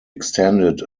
extended